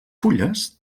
fulles